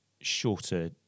shorter